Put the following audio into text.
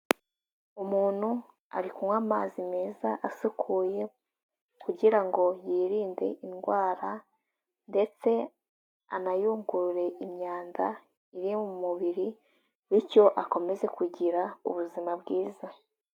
Umuntu ari kunywa amazi meza asukuye, kugira ngo yirinde indwara, ndetse anayungurure imyanda iri mu mubiri, bityo akomeze kugira, ubuzima bwiza.